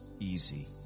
easy